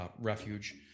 refuge